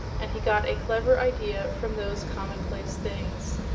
and he got a clever idea from those commonplace things.